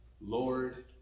Lord